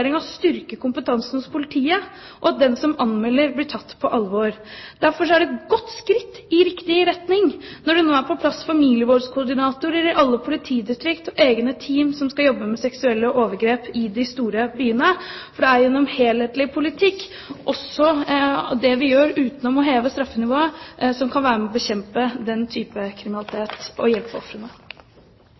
kompetansen hos politiet, og at den som anmelder, blir tatt på alvor. Derfor er det et godt skritt i riktig retning når det nå er på plass familievoldskoordinatorer i alle politidistrikt og egne team som skal jobbe med seksuelle overgrep i de store byene, for det er gjennom en helhetlig politikk – også det vi gjør utenom å heve straffenivået – vi kan være med og bekjempe den type kriminalitet og